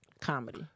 comedy